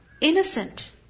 innocent